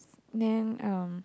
then um